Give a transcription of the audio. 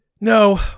No